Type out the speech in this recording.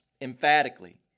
emphatically